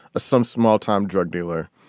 some small-time drug dealer.